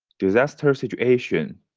disaster situations,